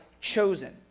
chosen